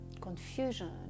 confusion